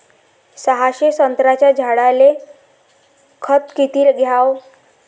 सहाशे संत्र्याच्या झाडायले खत किती घ्याव?